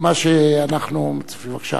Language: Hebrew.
מה שאנחנו, בבקשה,